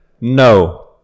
no